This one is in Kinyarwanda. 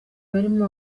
barimo